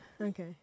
Okay